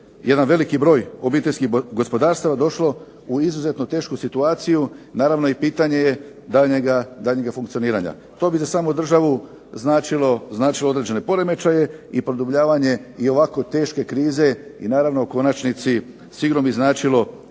jedan veliki broj obiteljskih gospodarstava došlo u izuzetno tešku situaciju. Naravno pitanje je i daljnjega funkcioniranja. To bi za samu državu značilo određene poremećaje i produbljavanje ovako teške krize i naravno u konačnici sigurno bi značilo